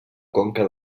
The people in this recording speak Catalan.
conca